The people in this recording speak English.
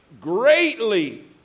greatly